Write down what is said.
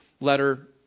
letter